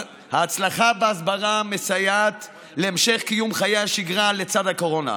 ההצלחה בהסברה מסייעת בהמשך קיום חיי שגרה לצד הקורונה.